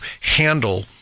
handle